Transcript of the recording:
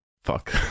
fuck